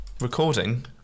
Recording